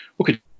Okay